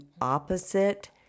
opposite